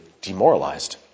demoralized